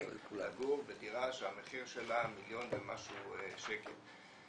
לגור בדירה שהמחיר שלה מיליון ומשהו שקל.